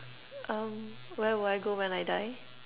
um where will I go when I die